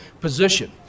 position